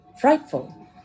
frightful